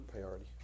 priority